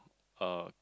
a